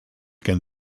can